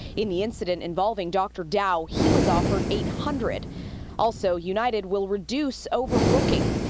in the incident involving dr. dao, he was offered eight hundred also, united will reduce overbooking.